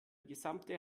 gesamte